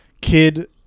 Kid